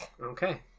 Okay